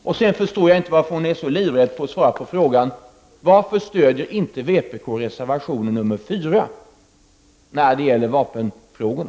Jag förstår inte heller varför hon är så livrädd för att svara på frågan varför vpk inte stöder reservation nr 4 om vapenfrågorna.